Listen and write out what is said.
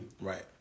Right